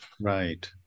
Right